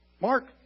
Mark